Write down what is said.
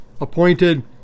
appointed